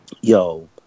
Yo